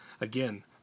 Again